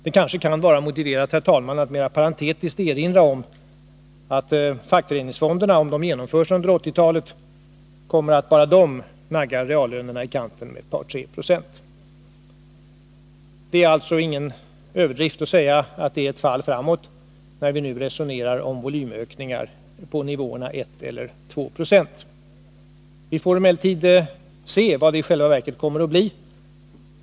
Det kan kanske vara motiverat, herr talman, att mera parentetiskt erinra om att fackföreningsfonderna — om de genomförs under 1980-talet - kommer att bara de nagga reallönerna i kanten med ett par tre procent. Det är alltså ingen överdrift att säga att det är ett fall framåt när vi nu resonerar om volymökningar på nivåerna 1 eller 2 26. Vi får emellertid se vad detta i själva verket kommer att bli.